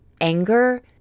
anger